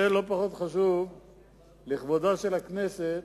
נושא לא פחות חשוב לכבודה של הכנסת